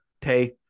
Tay